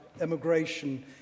immigration